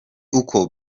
uko